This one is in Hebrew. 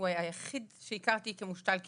הוא היה היחיד שהכרתי כמושתל כליה.